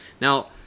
Now